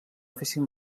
fessin